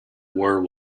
war